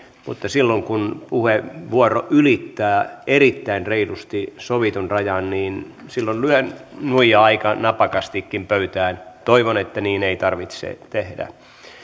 mutta silloin kun puheenvuoro ylittää erittäin reilusti sovitun rajan lyön nuijaa aika napakastikin pöytään toivon että niin ei tarvitse tehdä